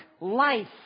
life